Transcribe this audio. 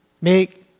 make